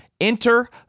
Enter